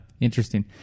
Interesting